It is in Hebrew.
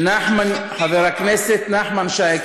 חבר הכנסת נחמן שי,